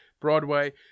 Broadway